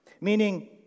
Meaning